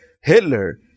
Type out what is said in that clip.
Hitler